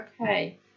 Okay